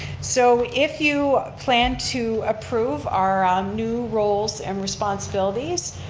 so if you plan to approve our new roles and responsibilities,